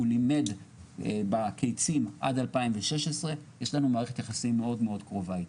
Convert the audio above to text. הוא לימד בקייצים עד 2016. יש לנו מערכת יחסים מאוד קרובה איתו.